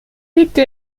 legte